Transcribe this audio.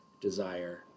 Desire